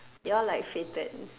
you all like fated